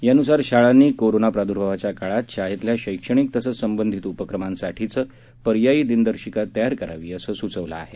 यानुसार शाळांनी कोरोना प्रादुर्भावाच्या काळात शाळेतल्या शैक्षणिक तसंच संबंधित उपक्रमासांसाठी पर्यायी दिनदर्शिका तयार करावी असं सुचवलं आहे